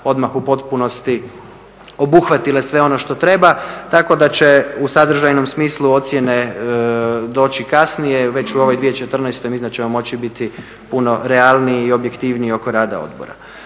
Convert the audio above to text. odmah u potpunosti obuhvatile sve ono što treba. Tako da će u sadržajnom smislu ocjene doći kasnije. Već u ovoj 2014. mislim da ćemo moći biti puno realniji i objektivniji oko rada odbora.